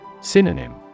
Synonym